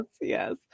yes